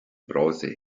bronze